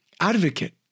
advocate